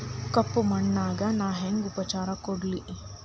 ಕಪ್ಪ ಮಣ್ಣಿಗ ನಾ ಹೆಂಗ್ ಉಪಚಾರ ಕೊಡ್ಲಿ?